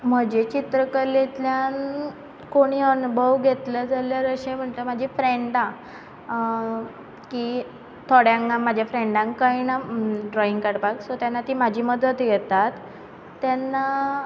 म्हजे चित्रकलेंतल्यान कोणय अणभव घेतले जाल्यार अशें म्हणजे फ्रेंडा की थोड्यांक म्हजे फ्रेंडाक कळना ड्रोयींग काडपाक सो तेन्ना ती म्हजी मदत घेतात तेन्ना